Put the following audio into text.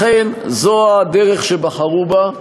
לכן, זו הדרך שבחרו בה.